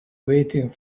waiting